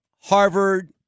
Harvard